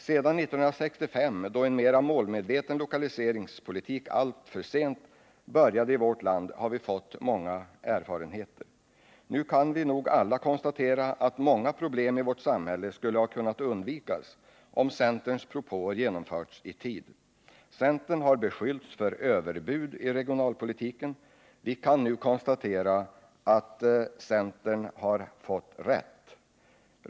Sedan 1965, då en mer målmedveten lokaliseringspolitik alltför sent påbörjades i vårt land, har vi fått många erfarenheter. Nu kan vi nog alla konstatera att många problem i vårt samhälle skulle ha kunnat undvikas, om centerns propåer genomförts i tid. Centern har beskyllts för överbud i regionalpolitiken. Vi kan nu konstatera att centern har fått rätt.